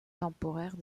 temporaires